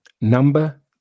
Number